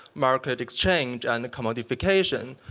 market exchange, and commodification.